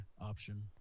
option